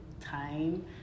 time